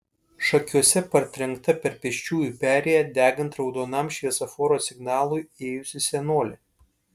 šakiuose partrenkta per pėsčiųjų perėją degant raudonam šviesoforo signalui ėjusi senolė